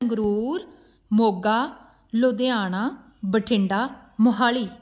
Sangrur Moga Ludhiana Bathinda Mohali